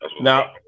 Now